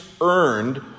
earned